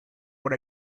when